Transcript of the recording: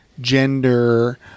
gender